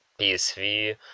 PSV